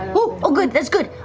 oh! oh good, that's good!